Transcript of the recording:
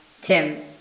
Tim